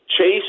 Chase